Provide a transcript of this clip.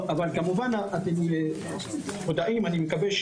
אבל, כמובן, אתם מודעים לכך, אני מקווה,